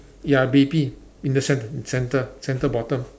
ya baby in the cen~ centre centre bottom